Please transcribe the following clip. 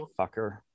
fucker